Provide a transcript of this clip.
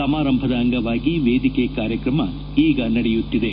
ಸಮಾರಂಭದ ಅಂಗವಾಗಿ ವೇದಿಕೆ ಕಾರ್ಕಕಮ ಈಗ ನಡೆಯುತ್ತಿದೆ